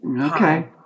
Okay